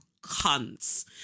cunts